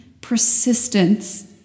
persistence